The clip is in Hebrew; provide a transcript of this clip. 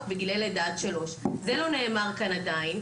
לגילאי לידה עד 3. זה לא נאמר כאן עדיין,